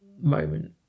moment